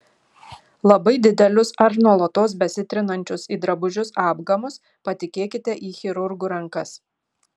labai didelius ar nuolatos besitrinančius į drabužius apgamus patikėkite į chirurgų rankas